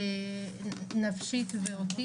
נפשית ואוטיזם.